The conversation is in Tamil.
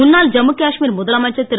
முன்னாள் ஜம்மு காஷ்மீர் முதலமைச்சர் திரு